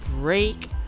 Break